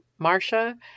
Marsha